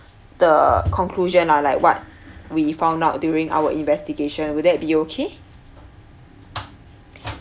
the conclusion lah like what we found out during our investigation will that be okay